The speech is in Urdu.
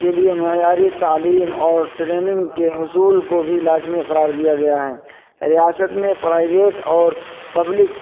کے لیے معیاری تعلیم اور ٹریننگ کے حصول کو بھی لازمی قرار دیا گیا ہے ریاست نے پرائیویٹ اور پبلک